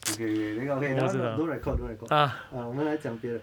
okay okay 那个 okay that one don't record don't record 我们来讲别的